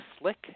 Slick